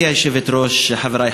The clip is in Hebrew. אני מודה לסגן שר החוץ צחי הנגבי.